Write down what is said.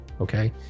okay